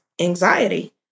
anxiety